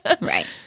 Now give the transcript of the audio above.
Right